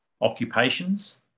occupations